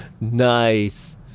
Nice